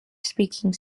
speaking